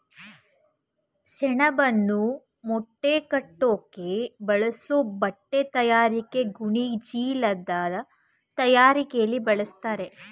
ಸೆಣಬನ್ನು ಮೂಟೆಕಟ್ಟೋಕ್ ಬಳಸೋ ಬಟ್ಟೆತಯಾರಿಕೆ ಗೋಣಿಚೀಲದ್ ತಯಾರಿಕೆಲಿ ಬಳಸ್ತಾರೆ